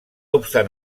obstant